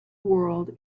world